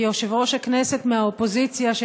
יושב-ראש הכנסת מהאופוזיציה,